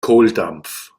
kohldampf